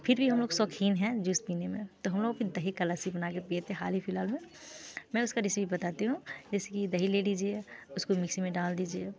फिर भी हम लोग शौक़ीन हैं जूस पीने में तो हम लोग फिर दही की लस्सी बना कर पिए थे हाल ही फ़िलहाल में मैं उसकी रेसिपी बताती हूँ जैसे कि दही ले लीजिए उसको मिक्सी में डाल दीजिए